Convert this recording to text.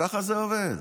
ככה זה עובד.